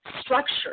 Structure